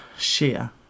share